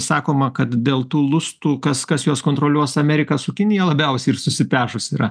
sakoma kad dėl tų lustų kas kas juos kontroliuos amerika su kinija labiausia ir susipešus yra